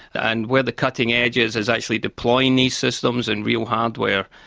and where the cutting edge is is actually deploying these systems in real hardware.